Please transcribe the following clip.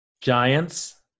Giants